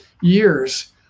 years